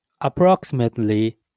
Approximately